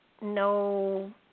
no